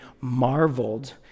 marveled